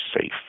safe